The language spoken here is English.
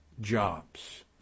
jobs